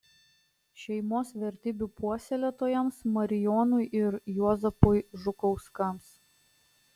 šeimos vertybių puoselėtojams marijonai ir juozapui žukauskams